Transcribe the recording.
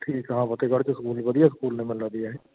ਠੀਕ ਆ ਹਾ ਫਤਿਹਗੜ੍ਹ 'ਚ ਸਕੂਲ ਵਧੀਆ ਸਕੂਲ ਨੇ ਮੈਨੂੰ ਲੱਗਦੀ ਆ ਇਹ